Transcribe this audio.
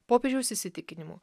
popiežiaus įsitikinimu